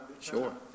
Sure